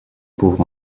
pauvre